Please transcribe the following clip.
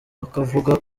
akavuga